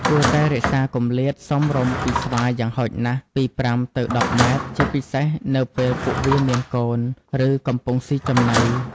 គួរតែរក្សាគម្លាតសមរម្យពីស្វាយ៉ាងហោចណាស់ពី ៥ ទៅ ១០ ម៉ែត្រ ជាពិសេសនៅពេលពួកវាមានកូន ឬកំពុងស៊ីចំណី។